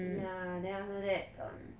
ya then after that um